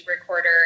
recorder